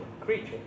creature